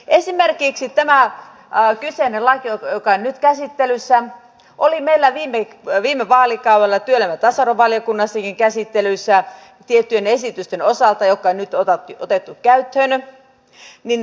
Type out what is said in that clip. esimerkiksi tämä kyseinen laki joka on nyt käsittelyssä oli meillä viime vaalikaudella työelämä ja tasa arvovaliokunnassakin käsittelyssä tiettyjen esitysten osalta jotka on nyt otettu käyttöön